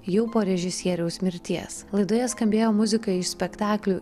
jau po režisieriaus mirties laidoje skambėjo muzika iš spektaklių